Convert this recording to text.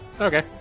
Okay